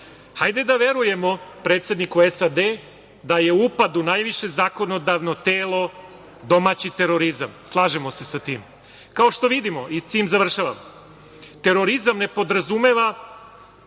teror. Hajde da verujemo predsedniku SAD da je upad u najviše zakonodavno telo domaći terorizam. Slažemo se sa tim. Kao što vidimo, i s tim završavam, terorizam ne podrazumeva